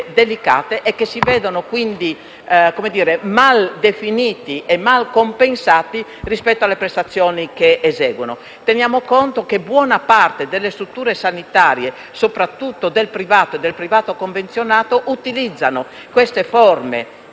delicate, che si vedono, quindi, mal definiti e mal compensati rispetto alle prestazioni che eseguono. Teniamo conto che buona parte delle strutture sanitarie, soprattutto del privato e del privato convenzionato, utilizzano queste forme di